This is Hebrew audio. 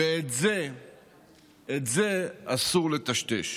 ואת זה אסור לטשטש.